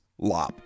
LOP